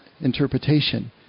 interpretation